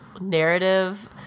narrative